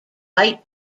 bite